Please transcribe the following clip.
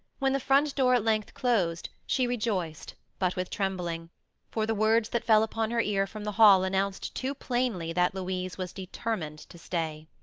when the front door at length closed she rejoiced, but with trembling for the words that fell upon her ear from the hall announced too plainly that louise was determined to stay.